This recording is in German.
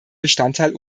bestandteil